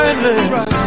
Right